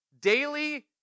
daily